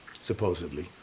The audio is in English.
supposedly